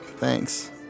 Thanks